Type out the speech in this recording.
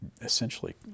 essentially